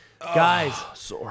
Guys